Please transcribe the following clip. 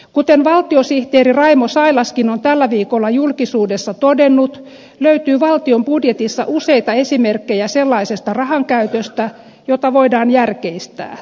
kuten valtiosihteeri raimo sailaskin on tällä viikolla julkisuudessa todennut löytyy valtion budjetista useita esimerkkejä sellaisesta rahankäytöstä jota voidaan järkeistää